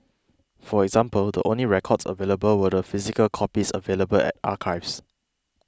for example the only records available were the physical copies available at archives